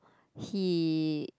he